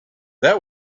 that